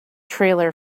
trailer